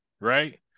right